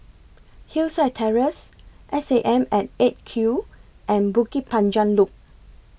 Hillside Terrace SAM At eight Q and Bukit Panjang Loop